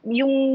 yung